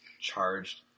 charged